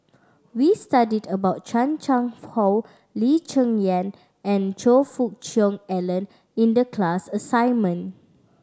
we studied about Chan Chang How Lee Cheng Yan and Choe Fook Cheong Alan in the class assignment